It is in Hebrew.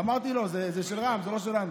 אמרתי לו, זה של רע"מ, זה לא שלנו.